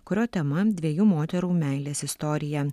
kurio tema dviejų moterų meilės istorija